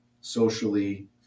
socially